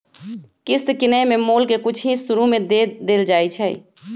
किस्त किनेए में मोल के कुछ हिस शुरू में दे देल जाइ छइ